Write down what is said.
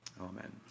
amen